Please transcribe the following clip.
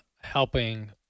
helping